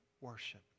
worship